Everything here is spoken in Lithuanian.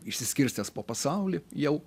išsiskirstęs po pasaulį jau